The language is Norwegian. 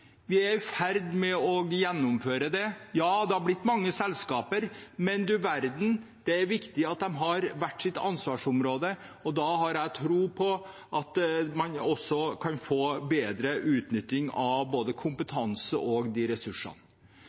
ferd med å gjennomføre det. Ja, det har blitt mange selskaper, men du verden, det er viktig at de har hvert sitt ansvarsområde. Da har jeg tro på at man også kan få bedre utnytting av både kompetanse og ressursene.